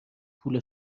پول